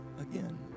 again